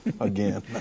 again